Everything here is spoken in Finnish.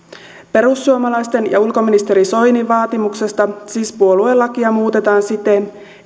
perussuomalaisten ja ulkoministeri soinin vaatimuksesta siis puoluelakia muutetaan siten